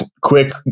quick